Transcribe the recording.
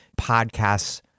podcasts